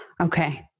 Okay